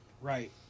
Right